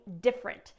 different